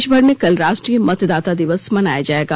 देश भर में कल राष्ट्रीय मतदाता दिवस मनाया जाएगा